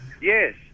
Yes